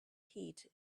heat